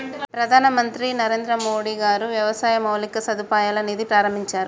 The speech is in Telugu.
ప్రధాన మంత్రి నరేంద్రమోడీ గారు వ్యవసాయ మౌలిక సదుపాయాల నిధి ప్రాభించారు